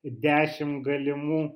dešimt galimų